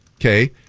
okay